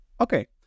okay